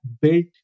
built